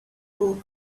pool